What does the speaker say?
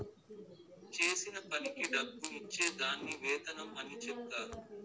చేసిన పనికి డబ్బు ఇచ్చే దాన్ని వేతనం అని చెప్తారు